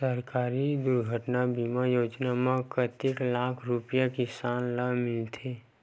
सहकारी दुर्घटना बीमा योजना म कतेक लाख रुपिया किसान ल मिलथे?